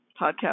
podcast